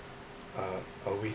uh a